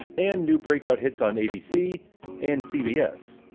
and new break-out hits on abc and cbs.